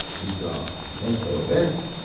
these are mental events,